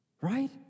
Right